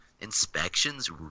Inspections